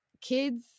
kids